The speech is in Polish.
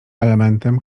elementem